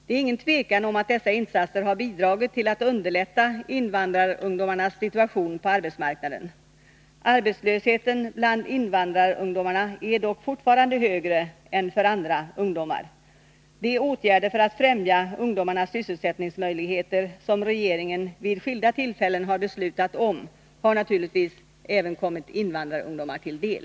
Det är ingen tvekan om att dessa insatser har bidragit till att underlätta invandrarungdomarnas situation på arbetsmarknaden. Arbetslösheten bland invandrarungdomarna är dock fortfarande högre än för andra ungdomar. De åtgärder för att främja ungdomarnas sysselsättningsmöjligheter som regeringen vid skilda tillfällen har beslutat om har naturligtvis kommit även invandrarungdomar till del.